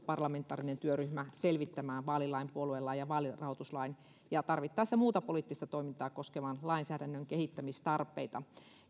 parlamentaarinen työryhmä selvittämään vaalilain puoluelain ja vaalirahoituslain ja tarvittaessa muuta poliittista toimintaa koskevan lainsäädännön kehittämistarpeita